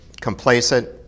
complacent